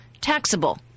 taxable